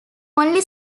only